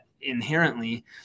inherently